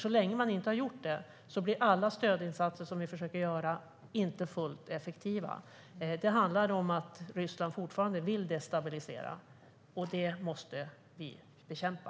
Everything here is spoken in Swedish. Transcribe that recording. Så länge man inte har gjort det blir nämligen alla stödinsatser vi försöker göra inte fullt effektiva. Det handlar om att Ryssland fortfarande vill destabilisera, och det måste vi bekämpa.